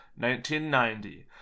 1990